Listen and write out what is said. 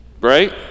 Right